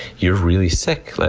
you're really sick.